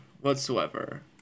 whatsoever